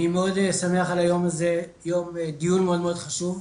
אני מאוד שמח על היום הזה, דיון מאוד מאוד חשוב.